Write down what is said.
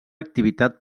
activitat